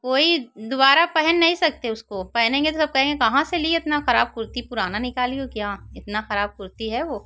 कोई दोबारा पहन नहीं सकते उसको पहनेंगे तो सब कहेंगे कहाँ से लिए इतना खराब कुर्ती पुराना निकाली हो क्या इतना खराब कुर्ती है वह